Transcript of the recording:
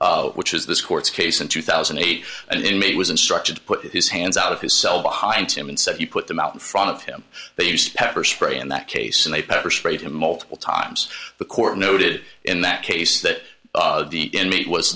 shreve which is this court's case in two thousand and eight an inmate was instructed to put his hands out of his cell behind him and said you put them out in front of him they use pepper spray in that case and they pepper sprayed him multiple times the court noted in that case that the inmate was